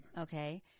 Okay